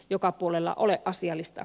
joka puolella ole asiallista